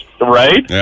right